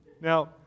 Now